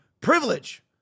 Privilege